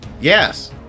Yes